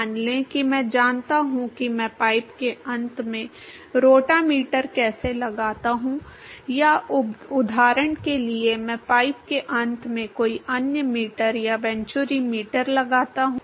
मान लें कि मैं जानता हूं कि मैं पाइप के अंत में रोटामीटर कैसे लगाता हूं या उदाहरण के लिए मैं पाइप के अंत में कोई अन्य मीटर या वेंटुरीमीटर लगाता हूं